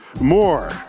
more